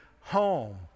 home